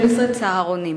350 משפחתונים ו-112 צהרונים